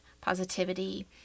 positivity